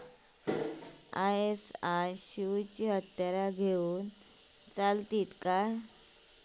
ISI शिवायची हत्यारा घेऊन चलतीत काय?